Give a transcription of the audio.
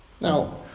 Now